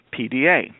PDA